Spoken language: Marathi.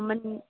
म्हण